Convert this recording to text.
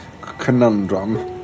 conundrum